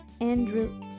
Andrew